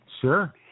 Sure